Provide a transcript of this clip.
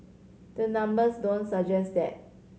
the numbers don't suggest that